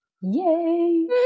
yay